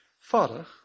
Father